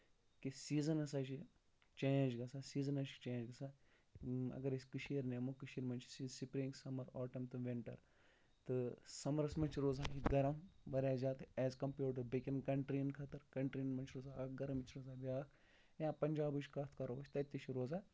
کہِ سیٖزَن ہا چھُ چینج گژھان سیٖزن ہا چھُ چینج گژھان اَگر أسۍ کٔشیٖر نِمو کٔشیٖر منٛزچھُ سِپرگ سَمر آٹم تہٕ وِنٹر تہٕ سَمرَس منٛز چھُ روزان گرم واریاہ زیادٕ ایز کَمپیٲڑ ٹوٚ باقین کَنٹرین خٲطرٕ کِنٹرین منٛز چھُ روزان اکھ گرُم یہِ چھ روزان بیاکھ یا پنجابٕچ کَتھ کَرو أسۍ تَتہِ تہِ چھُ روزان